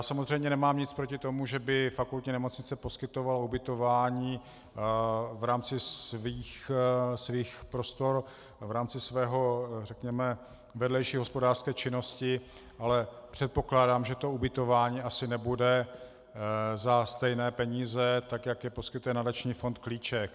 Samozřejmě nemám nic proti tomu, že by fakultní nemocnice poskytovala ubytování v rámci svých prostor v rámci své, řekněme vedlejší hospodářské činnosti, ale předpokládám, že ubytování asi nebude za stejné peníze, tak jak je poskytuje nadační fond Klíček.